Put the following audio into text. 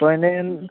ഇപ്പോൾ അതിൻ്റെ